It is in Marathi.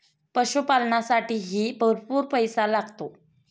पशुपालनालासाठीही भरपूर पैसा लागतो